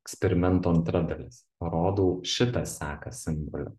eksperimento antra dalis rodau šitą seką simbolių